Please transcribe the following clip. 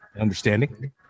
understanding